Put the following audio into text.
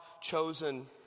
chosen